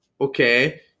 Okay